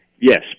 Yes